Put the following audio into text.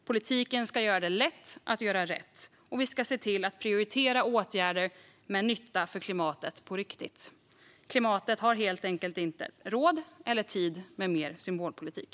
Politiken ska göra det lätt att göra rätt, och vi ska se till att på riktigt prioritera åtgärder med nytta för klimatet. Klimatet har helt enkelt inte råd eller tid med mer symbolpolitik.